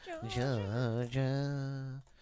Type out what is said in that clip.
Georgia